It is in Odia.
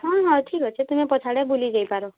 ହଁ ହଁ ଠିକ୍ ଅଛେ ତୁମେ ପଛ୍ଆଡ଼େ ବୁଲିଯାଇପାର